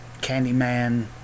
Candyman